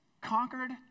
conquered